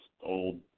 old